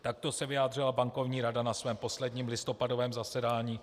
Takto se vyjádřila Bankovní rada na svém posledním listopadovém zasedání.